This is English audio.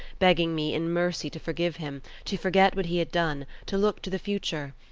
begging me in mercy to forgive him, to forget what he had done, to look to the future.